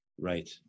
Right